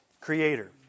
creator